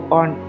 on